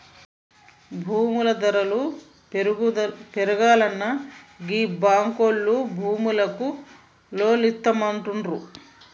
భూముల ధరలు పెరుగాల్ననా గీ బాంకులోల్లు భూములకు లోన్లిత్తమంటుండ్రు